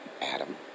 Adam